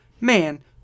man